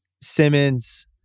Simmons